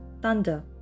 thunder